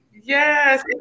yes